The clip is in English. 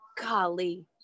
Golly